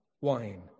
wine